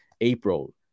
April